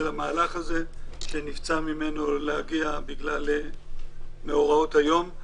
המהלך הזה ונבצר ממנו להגיע בגלל מאורעות היום.